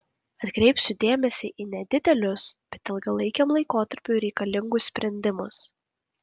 atkreipsiu dėmesį į nedidelius bet ilgalaikiam laikotarpiui reikalingus sprendimus